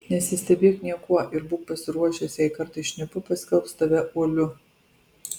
nesistebėk niekuo ir būk pasiruošęs jei kartais šnipu paskelbs tave uoliu